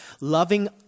Loving